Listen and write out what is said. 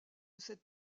cette